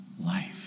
life